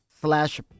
slash